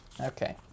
Okay